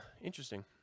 interesting